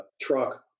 truck